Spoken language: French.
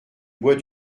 bois